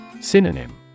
Synonym